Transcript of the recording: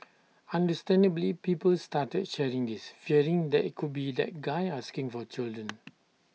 understandably people started sharing this fearing that IT could be that guy asking for children